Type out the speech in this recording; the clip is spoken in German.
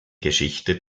geschichte